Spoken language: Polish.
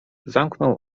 zamknął